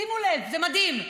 שימו לב, זה מדהים.